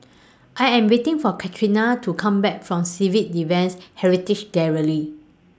I Am waiting For Katharyn to Come Back from Civil Defence Heritage Gallery